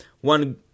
one